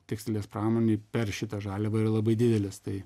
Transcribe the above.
tekstilės pramonėj per šitą žaliavą yra labai didelis tai